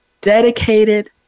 dedicated